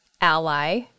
Ally